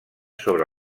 sobre